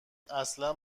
اصلا